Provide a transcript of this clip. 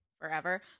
forever